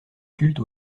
culte